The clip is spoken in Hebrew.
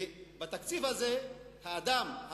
בתקציב הזה האדם,